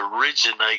originate